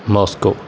Moscow